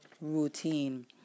routine